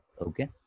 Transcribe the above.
Okay